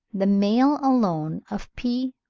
the male alone of p.